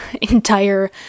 entire